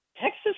Texas